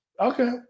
Okay